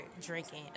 drinking